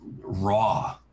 raw